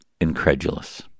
incredulous